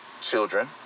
children